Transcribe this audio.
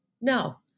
no